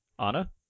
Anna